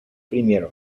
примеру